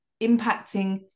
impacting